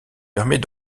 permet